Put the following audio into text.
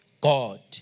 God